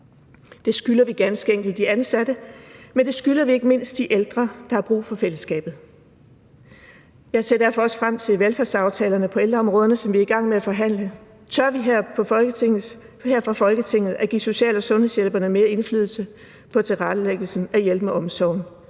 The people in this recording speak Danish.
Det skylder vi ganske enkelt de ansatte, men det skylder vi ikke mindst de ældre, der har brug for fællesskabet. Jeg ser derfor også frem til velfærdsaftalerne på ældreområderne, som vi er i gang med at forhandle. Tør vi her fra Folketinget at give social- og sundhedshjælperne mere indflydelse på tilrettelæggelsen af hjælpen og omsorgen?